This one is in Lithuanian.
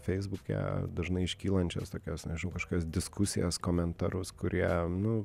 feisbuke dažnai iškylančias tokias nežinau kažkokias diskusijas komentarus kurie nu